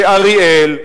שאריאל,